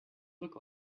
look